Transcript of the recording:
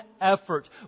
effort